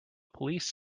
police